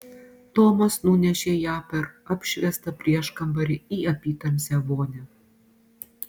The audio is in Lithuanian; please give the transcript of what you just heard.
tomas nunešė ją per apšviestą prieškambarį į apytamsę vonią